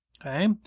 okay